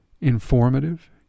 informative